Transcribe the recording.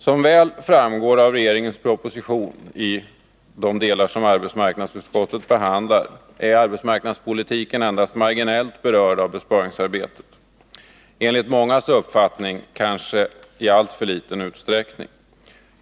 Som väl framgår av regeringens proposition i de delar som arbetsmarknadsutskottet behandlar är arbetsmarknadspolitiken endast marginellt berörd av besparingsarbetet — enligt mångas uppfattning kanske i alltför liten utsträckning.